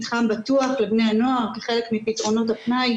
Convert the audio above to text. מתחם בטוח לבני הנוער כחלק מפתרונות הפנאי.